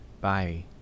bye